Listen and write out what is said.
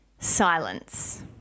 silence